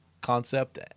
concept